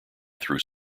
through